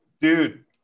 Dude